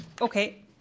Okay